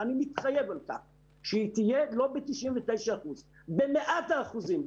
ואני מתחייב שהיא תהיה לא ב-99 אחוזים אלא ב-100 אחוזים.